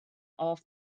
off